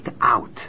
out